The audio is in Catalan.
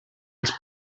els